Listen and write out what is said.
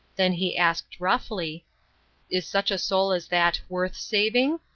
then he asked, roughly is such a soul as that worth saving?